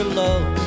love